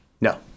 No